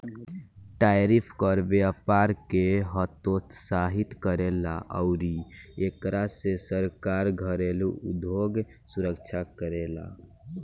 tariff कर व्यपार के हतोत्साहित करेला अउरी एकरा से सरकार घरेलु उधोग सुरक्षा करेला